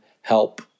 help